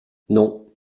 non